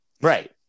Right